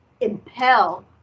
impel